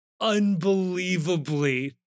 unbelievably